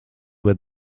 were